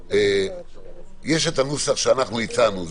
יש נוסח שאנחנו הצענו,